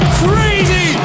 crazy